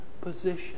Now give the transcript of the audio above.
position